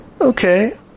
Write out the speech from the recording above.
Okay